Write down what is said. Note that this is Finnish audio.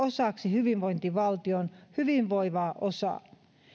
hyvinvointivaltion hyvinvoivaan osaan